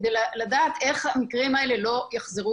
כדי לדעת איך המקרים האלה לא יחזרו